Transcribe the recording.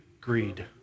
greed